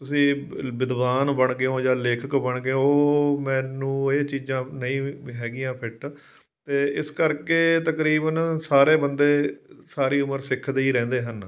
ਤੁਸੀਂ ਵਿਦਵਾਨ ਬਣ ਗਏ ਹੋ ਜਾਂ ਲੇਖਕ ਬਣ ਗਏ ਉਹ ਮੈਨੂੰ ਇਹ ਚੀਜ਼ਾਂ ਨਹੀਂ ਹੈਗੀਆਂ ਫਿੱਟ ਅਤੇ ਇਸ ਕਰਕੇ ਤਕਰੀਬਨ ਸਾਰੇ ਬੰਦੇ ਸਾਰੀ ਉਮਰ ਸਿੱਖਦੇ ਹੀ ਰਹਿੰਦੇ ਹਨ